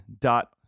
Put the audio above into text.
dot